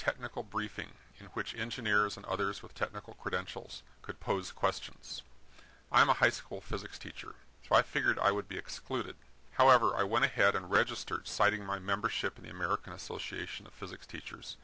technical briefing and which engineers and others with technical credentials could pose questions i'm a high school physics teacher so i figured i would be excluded however i went ahead and registered citing my membership in the american association of physics teachers